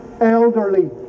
elderly